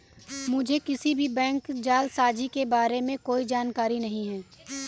मुझें किसी भी बैंक जालसाजी के बारें में कोई जानकारी नहीं है